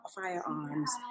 firearms